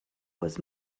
was